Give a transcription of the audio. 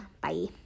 bye